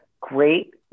great